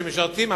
שמשרתים,